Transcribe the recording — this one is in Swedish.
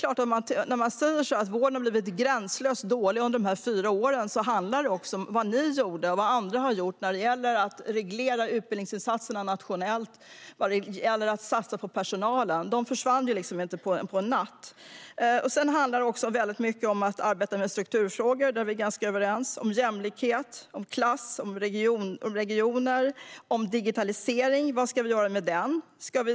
Att vården har blivit gränslöst dålig under de här fyra åren handlar såklart om vad högern gjorde och vad andra har gjort när det gäller att reglera utbildningsinsatserna nationellt och att satsa på personalen. De försvann inte över en natt. Det handlar också till stor del om att arbeta med strukturfrågor - där är vi ganska överens - om jämlikhet, om klass, om regioner och om digitalisering. Vad ska vi göra med den?